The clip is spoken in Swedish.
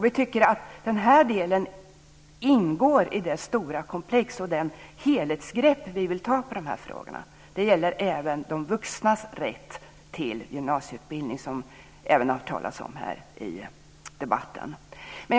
Vi tycker att den här delen ingår i det stora komplexet och i det helhetsgrepp som vi vill ta i de här frågorna. Det gäller även de vuxnas rätt till gymnasieutbildning, som det även har talats om här i dag.